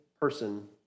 person